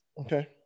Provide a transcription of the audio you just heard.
okay